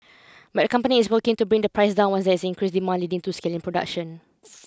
but the company is working to bring the price down once there is increased demand leading to scale in production